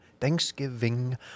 Thanksgiving